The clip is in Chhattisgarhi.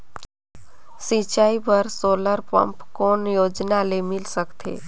सिंचाई बर सोलर पम्प कौन योजना ले मिल सकथे?